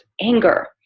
anger